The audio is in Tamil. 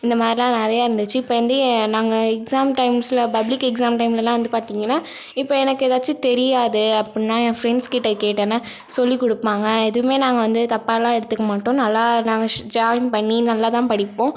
இந்த மாதிரிலாம் நிறையா இருந்துச்சு இப்போ வந்து நாங்கள் எக்ஸாம் டைம்ஸில் பப்ளிக் எக்ஸாம் டைமிலலாம் வந்து பார்த்திங்கன்னா இப்போ எனக்கு ஏதாச்சும் தெரியாது அப்புடின்னா என் ஃப்ரெண்ட்ஸ் கிட்ட கேட்டேன்னால் சொல்லிக் கொடுப்பாங்க எதுவுமே நாங்கள் வந்து தப்பாகலாம் எடுத்துக்க மாட்டோம் நல்லா நாங்கள் ஷ் ஜாயின் பண்ணி நல்லா தான் படிப்போம்